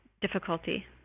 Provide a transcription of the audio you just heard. difficulty